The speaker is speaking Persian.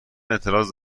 اعتراض